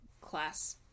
class